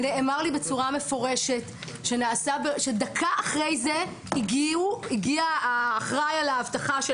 נאמר לי במפורש שדקה אחרי כן הגיע האחראי על האבטחה של